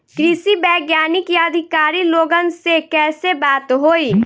कृषि वैज्ञानिक या अधिकारी लोगन से कैसे बात होई?